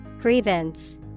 Grievance